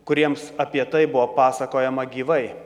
kuriems apie tai buvo pasakojama gyvai